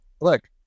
look